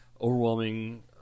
overwhelming